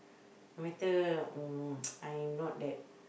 no matter uh I not that